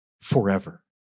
forever